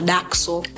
Daxo